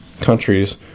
countries